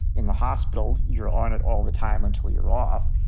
in the hospital, you're on it all the time until you're off.